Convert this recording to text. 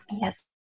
yes